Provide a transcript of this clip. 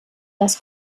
das